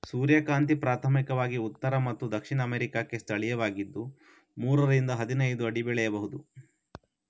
ಸೂರ್ಯಕಾಂತಿ ಪ್ರಾಥಮಿಕವಾಗಿ ಉತ್ತರ ಮತ್ತು ದಕ್ಷಿಣ ಅಮೇರಿಕಾಕ್ಕೆ ಸ್ಥಳೀಯವಾಗಿದ್ದು ಮೂರರಿಂದ ಹದಿನೈದು ಅಡಿ ಬೆಳೆಯುವುದು